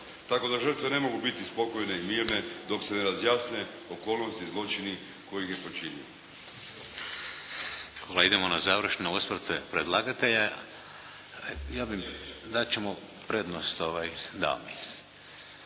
Tako da žrtve ne mogu biti spokojne i mirne dok se ne razjasne okolnosti i zločini kojeg je počinjeni.